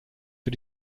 für